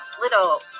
little